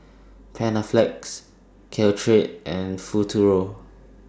Panaflex Caltrate and Futuro